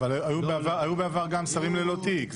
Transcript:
אבל היו בעבר שרים ללא תיק.